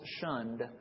shunned